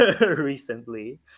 recently